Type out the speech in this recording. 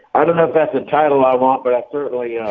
i don't know if that's the title i want, but i certainly yeah